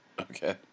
Okay